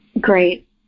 Great